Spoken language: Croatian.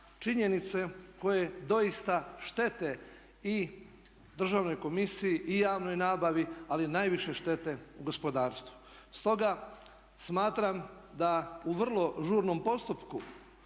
činjenice koje doista štete i državnoj komisiji i javnoj nabavi ali najviše štete gospodarstvu. Stoga smatram da u vrlo žurnom postupku